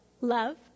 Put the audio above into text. Love